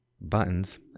buttons